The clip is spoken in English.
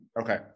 Okay